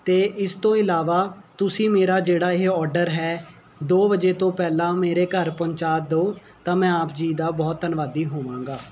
ਅਤੇ ਇਸ ਤੋਂ ਇਲਾਵਾ ਤੁਸੀਂ ਮੇਰਾ ਜਿਹੜਾ ਇਹ ਔਡਰ ਹੈ ਦੋ ਵਜੇ ਤੋਂ ਪਹਿਲਾਂ ਮੇਰੇ ਘਰ ਪਹੁੰਚਾ ਦਿਓ ਤਾਂ ਮੈਂ ਆਪ ਜੀ ਦਾ ਬਹੁਤ ਧੰਨਵਾਦੀ ਹੋਵਾਂਗਾ